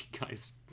guys